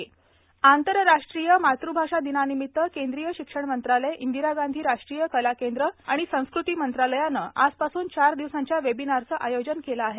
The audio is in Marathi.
मातुभाषा दिन आंतरराष्ट्रीय मातुभाषा दिनानिमित्त केंद्रीय शिक्षण मंत्रालय इंदिरा गांधी राष्ट्रीय कला केंद्र आणि संस्कृती मंत्रालयानं आजपासून चार दिवसांच्या वेबिनारचं आयोजन केलं आहे